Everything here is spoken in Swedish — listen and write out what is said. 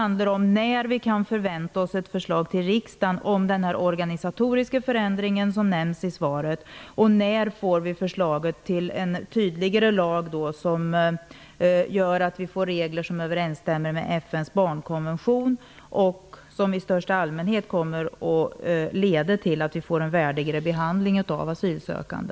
När kan vi förvänta oss ett förslag till riksdagen om den organisatoriska förändringen som nämns i svaret, och när får vi förslaget till en tydligare lag som gör att vi får regler som överensstämmer med FN:s barnkonvention och som i största allmänhet kommer att leda till att vi får en värdigare behandling av asylsökande?